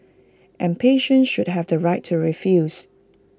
and patients should have the right to refuse